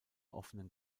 offenen